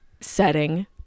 setting